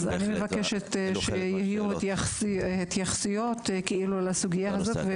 אז אני מבקשת שיהיו התייחסות לסוגייה הזאת.